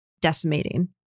decimating